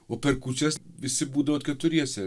o per kūčias visi būdavot keturiese